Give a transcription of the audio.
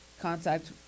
contact